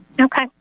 Okay